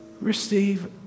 receive